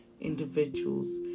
individuals